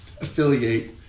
affiliate